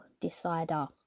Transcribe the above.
decider